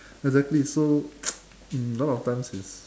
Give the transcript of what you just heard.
exactly so um now our times is